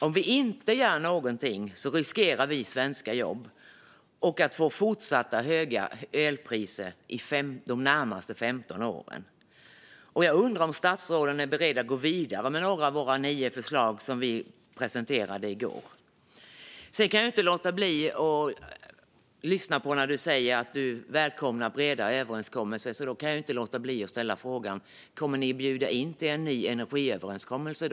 Om vi inte gör någonting riskerar vi svenska jobb och att få fortsatt höga elpriser de närmaste 15 åren. Jag undrar om statsrådet är beredd att gå vidare med några av våra nio förslag som vi presenterade i går? Jag lyssnade när du sa att du välkomnar breda överenskommelser. Jag kan inte låta bli att ställa frågan: Kommer ni att bjuda in till en ny energiöverenskommelse?